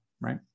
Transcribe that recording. right